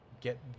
get